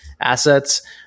assets